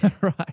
Right